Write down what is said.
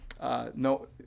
no